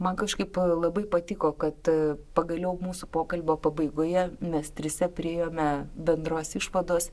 man kažkaip labai patiko kad pagaliau mūsų pokalbio pabaigoje mes trise priėjome bendros išvados